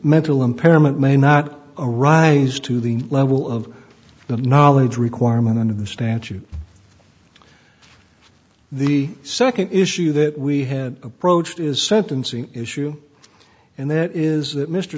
mental impairment may not arise to the level of the knowledge requirement and the stance you the second issue that we had approached is sentencing issue and that is that mr